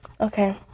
Okay